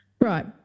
Right